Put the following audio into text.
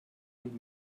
und